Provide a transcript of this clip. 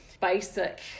basic